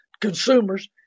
consumers